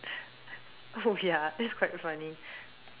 oh ya that's quite funny